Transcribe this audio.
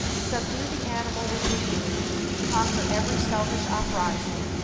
subdue the animal within you conquer every selfish uprising,